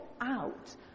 out